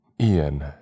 Ian